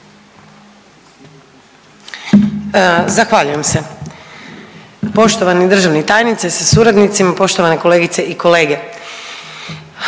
Zahvaljujem se. Poštovani državni tajniče sa suradnicima, poštovane kolegice i kolege,